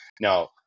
Now